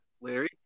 Larry